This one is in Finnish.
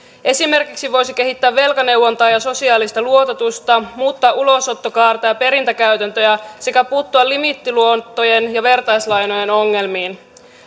esimerkiksi voisi kehittää velkaneuvontaa ja sosiaalista luototusta muuttaa ulosottokaarta ja perintäkäytäntöjä sekä puuttua limiittiluottojen ja vertaislainojen ongelmiin